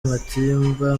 matimba